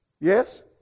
Yes